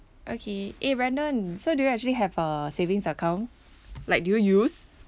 okay eh brandon so do you actually have a savings account like do you use